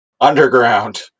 Underground